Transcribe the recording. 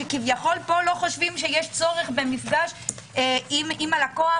שכביכול פה לא חושבים שיש צורך במפגש עם הלקוח